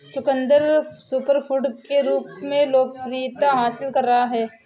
चुकंदर सुपरफूड के रूप में लोकप्रियता हासिल कर रहा है